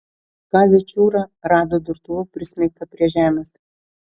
kazį čiūrą rado durtuvu prismeigtą prie žemės